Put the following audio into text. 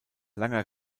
langer